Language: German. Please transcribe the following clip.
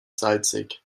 salzig